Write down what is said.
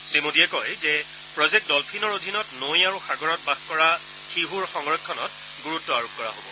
শ্ৰীমোদীয়ে কয় যে প্ৰজেক্ট ড'লফিনৰ অধীনত নৈ আৰু সাগৰত বাস কৰা শিহৰ সংৰক্ষণত গুৰুত্ব আৰোপ কৰা হব